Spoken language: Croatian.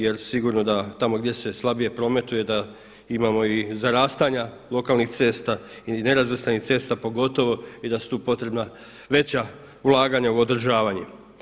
Jer sigurno tamo gdje se slabije prometuje imamo i zarastanja lokalnih cesta i nerazvrstanih cesta pogotovo i da su tu potrebna veća ulaganja u održavanje.